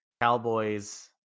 Cowboys